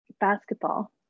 basketball